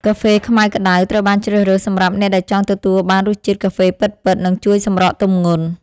កាហ្វេខ្មៅក្ដៅ ត្រូវបានជ្រើសរើសសម្រាប់អ្នកដែលចង់ទទួលបានរសជាតិកាហ្វេពិតៗ និងជួយសម្រកទម្ងន់។